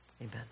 Amen